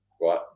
right